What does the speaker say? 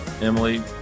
Emily